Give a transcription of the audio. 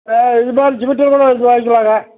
ஆ இது தான் ஜூபிடர் கூட வந்து வாங்கிக்கலாங்க